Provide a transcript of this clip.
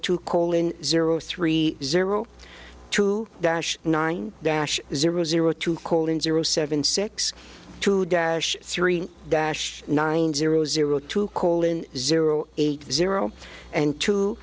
two colin zero three zero two dash nine dash zero zero two colin zero seven six two dash three dash nine zero zero to colin zero eight zero and two